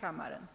kammaren.